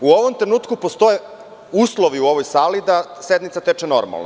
U ovom trenutku postoje uslovi u ovoj sali da sednica teče normalno.